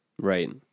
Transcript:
Right